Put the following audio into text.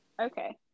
Okay